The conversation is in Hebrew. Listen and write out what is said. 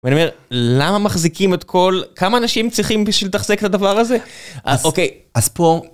ואני אומר, למה מחזיקים את כל... כמה אנשים צריכים בשביל לתחזק את הדבר הזה? אז... אוקיי, אז פה...